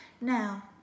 Now